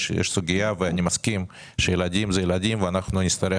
אני מסכים שילדים הם ילדים ואנחנו נצטרך